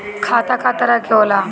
खाता क तरह के होला?